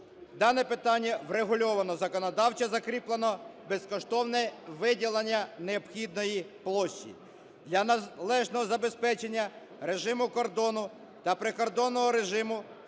дане питання врегульовано, законодавчо закріплено безкоштовне виділення необхідної площі. Для належного забезпечення режиму кордону та прикордонного режиму